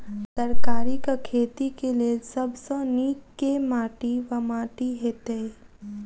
तरकारीक खेती केँ लेल सब सऽ नीक केँ माटि वा माटि हेतै?